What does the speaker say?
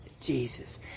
Jesus